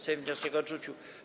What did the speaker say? Sejm wniosek odrzucił.